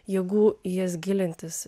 jėgų į jas gilintis